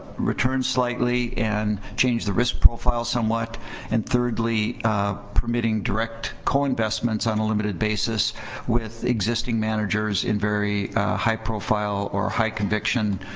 returns slightly and change the risk profile somewhat and thirdly permitting direct co investments on a limited basis with existing managers in very high profile or high conviction